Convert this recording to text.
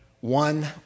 one